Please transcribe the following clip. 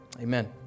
Amen